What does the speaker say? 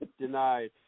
Denied